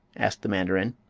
asked the mandarin.